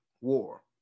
war